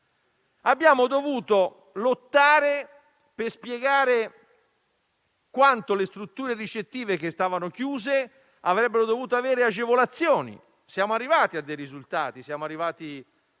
Abbiamo dovuto lottare per spiegare quanto le strutture ricettive che erano chiuse avrebbero dovuto avere agevolazioni. Siamo arrivati a dei risultati: siamo arrivati